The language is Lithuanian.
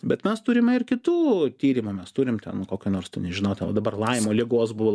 bet mes turime ir kitų tyrimų mes turim ten kokio nors te nežinau o dabar laimo ligos buvo